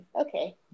okay